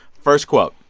first quote